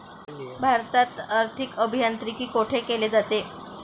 भारतात आर्थिक अभियांत्रिकी कोठे केले जाते?